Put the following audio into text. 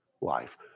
life